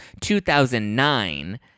2009